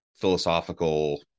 philosophical